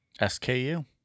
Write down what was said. SKU